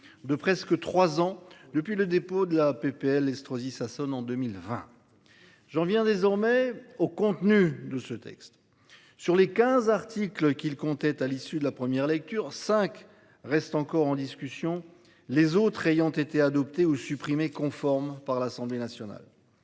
de presque 3 ans depuis le dépôt de la PPL Estrosi Sassone en 2020. Jean revient désormais au contenu de ce texte. Sur les 15 articles qu'il comptait, à l'issue de la première lecture cinq restent encore en discussion, les autres ayant été adopté au supprimer conforme par l'Assemblée nationale.